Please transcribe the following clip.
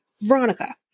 Veronica